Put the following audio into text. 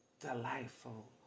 delightful